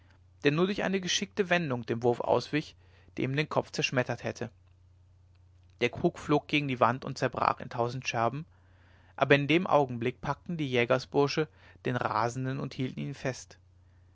der nur durch eine geschickte wendung dem wurf auswich der ihm den kopf zerschmettert hätte der krug flog gegen die wand und zerbrach in tausend scherben aber in dem augenblick packten die jägerbursche den rasenden und hielten ihn fest